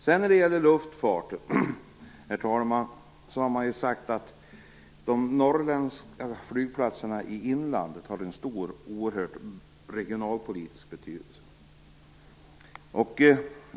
När det sedan gäller luftfarten, herr talman, har man sagt att de norrländska flygplatserna i inlandet också har en oerhört stor regionalpolitisk betydelse.